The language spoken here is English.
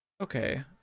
Okay